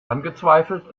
angezweifelt